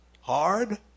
hard